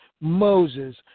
Moses